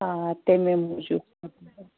آ تَمے موٗجوٗب